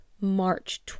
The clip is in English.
March